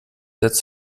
setzt